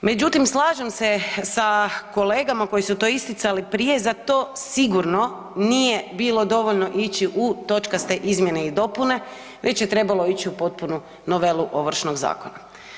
Međutim, slažem se sa kolegama koji su to isticali prije, za to sigurno nije bilo dovoljno ići u točkaste izmjene i dopune već je trebalo ići u potpunu novelu Ovršnog zakona.